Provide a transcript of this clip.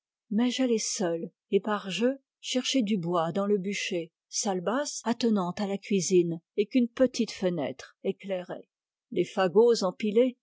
j'allais seul et par jeu chercher du bois dans le bûcher salle basse attenant à la cuisine et qu'une petite fenêtre éclairait les fagots empilés